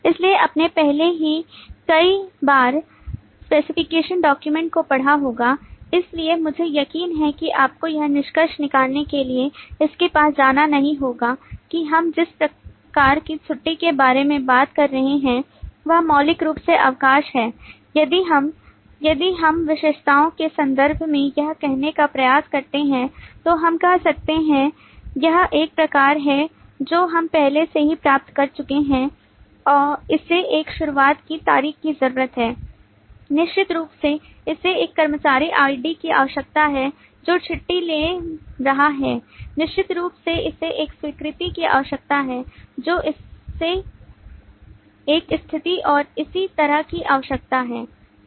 इसलिए आपने पहले ही कई बार स्पेसिफिकेशन डॉक्यूमेंट को पढ़ा होगा इसलिए मुझे यकीन है कि आपको यह निष्कर्ष निकालने के लिए इसके पास जाना नहीं होगा कि हम जिस प्रकार की छुट्टी के बारे में बात कर रहे हैं वह मौलिक रूप से अवकाश है यदि हम यदि हम विशेषताओं के संदर्भ में यह कहने का प्रयास करते हैं तो हम कह सकते हैं यह एक प्रकार है जो हम पहले से ही प्राप्त कर चुके है इसे एक शुरुआत की तारीख की ज़रूरत है निश्चित रूप से इसे एक कर्मचारी ID की आवश्यकता है जो छुट्टी ले रहा है निश्चित रूप से इसे एक स्वीकृति की आवश्यकता है जो इसे एक स्थिति और इसी तरह की आवश्यकता है